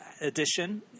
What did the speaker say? edition